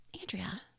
Andrea